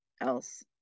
else